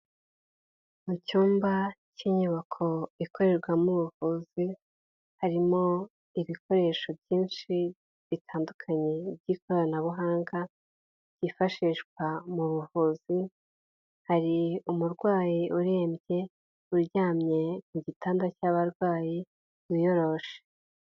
Mu cyumba cy'inyubako ikorerwamo ubuvuzi, harimo ibikoresho byinshi bitandukanye by'ikoranabuhanga byifashishwa mu buvuzi, hari umurwayi urembye uryamye mu gitanda cy'abarwayi wiyoroshe.